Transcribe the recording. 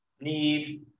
need